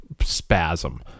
spasm